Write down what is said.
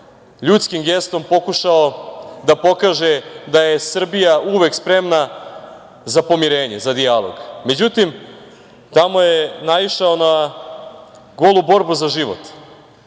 ljudskim gestom, pokušao da pokaže da je Srbija uvek spremna za pomirenje, za dijalog. Međutim, tamo je naišao na golu borbu za život,